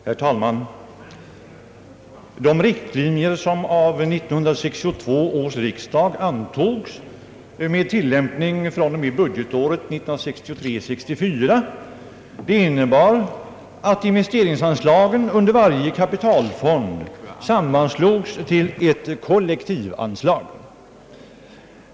Herr talman! De riktlinjer som av 1962 års riksdag antogs med tillämpning fr.o.m. budgetåret 1963/64 innebar att investeringsanslagen under varje kapitalfond sammanslogs till ett kollektivanslag.